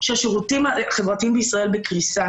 שהשירותים החברתיים בישראל בקריסה,